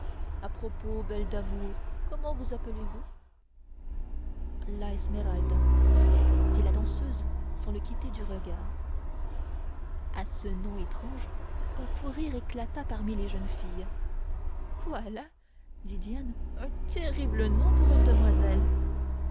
à propos belle d'amour comment vous appelez-vous la esmeralda dit la danseuse sans le quitter du regard à ce nom étrange un fou rire éclata parmi les jeunes filles voilà dit diane un terrible nom pour une demoiselle